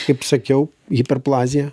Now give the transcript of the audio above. kaip sakiau hiperplazija